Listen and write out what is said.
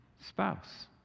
spouse